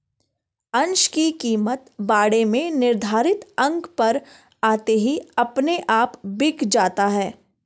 अंश की कीमत बाड़े में निर्धारित अंक पर आते ही अपने आप बिक जाता है